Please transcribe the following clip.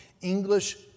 English